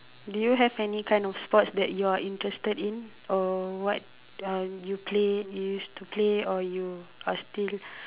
do you have any kind of sports that you are interested in or what um you play you used to play or you are still